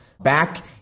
back